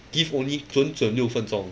give only 准准六分钟